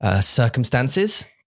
circumstances